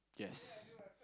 yes